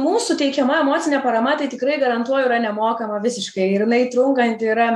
mūsų teikiama emocinė parama tai tikrai garantuoju yra nemokama visiškai ir jinai trunkanti yra